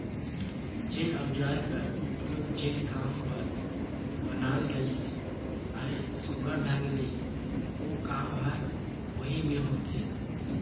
जेन अउजार कर उपियोग जेन काम बर बनाल गइस अहे, सुग्घर ढंग ले ओ काम हर ओही मे होथे